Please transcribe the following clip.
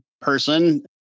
person